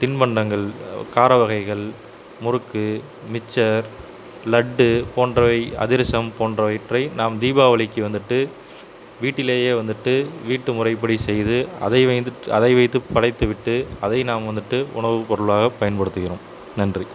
தின்பண்டங்கள் கார வகைகள் முறுக்கு மிச்சர் லட்டு போன்றவை அதிரசம் போன்றவற்றை நாம் தீபாவளிக்கு வந்துட்டு வீட்டிலேயே வந்துட்டு வீட்டு முறைப்படி செய்து அதை வைத்து அதை வைத்து படைத்து விட்டு அதை நாம் வந்துட்டு உணவுப் பொருளாக பயன்படுத்துகிறோம் நன்றி